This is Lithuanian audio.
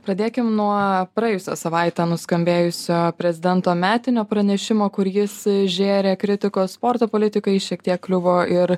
pradėkim nuo praėjusią savaitę nuskambėjusio prezidento metinio pranešimo kur jis žėrė kritikos sporto politikai šiek tiek kliuvo ir